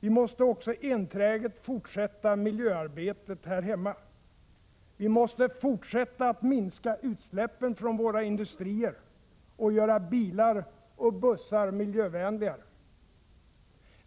Vi måste också enträget fortsätta miljöarbetet här hemma. Vi måste fortsätta att minska utsläppen från våra industrier och göra bilar och bussar miljövänligare.